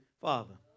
Father